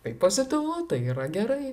tai pozityvu tai yra gerai